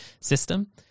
system